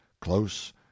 close